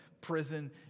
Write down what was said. prison